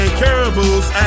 caribou's